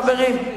חברים,